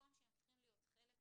במקום שהם צריכים להיות חלק אמיתי,